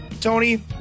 Tony